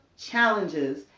challenges